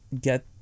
get